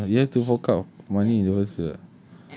ya lah you have to fork out money